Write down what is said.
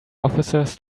officers